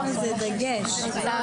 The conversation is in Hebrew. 16:15.